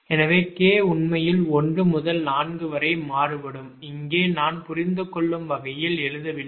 எனவே k உண்மையில் 1 முதல் 4 வரை மாறுபடும் இங்கே நான் புரிந்துகொள்ளும் வகையில் எழுதவில்லை